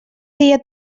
dia